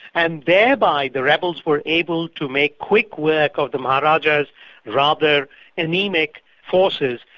and thereby the rebels were able to make quick work of the maharajah's rather anaemic forces,